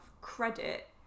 credit